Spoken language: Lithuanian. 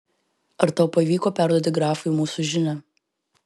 ar tau pavyko perduoti grafui mūsų žinią